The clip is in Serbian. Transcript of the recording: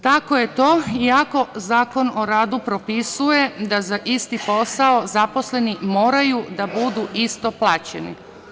Tako je to iako Zakon o radu propisuje da za isti posao zaposleni moraju da budu isto plaćeni.